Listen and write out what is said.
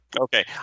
okay